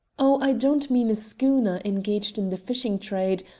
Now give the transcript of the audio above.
oh, i don't mean a schooner engaged in the fishing trade,